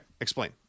explain